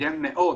קידם מאוד